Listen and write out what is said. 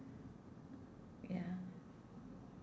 ya